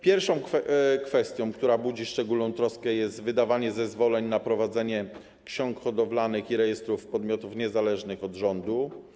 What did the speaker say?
Pierwszą kwestią, która budzi szczególną troskę, jest wydawanie zezwoleń na prowadzenie ksiąg hodowlanych i rejestrów podmiotom niezależnym od rządu.